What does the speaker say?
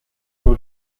nur